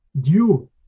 due